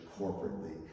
corporately